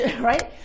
right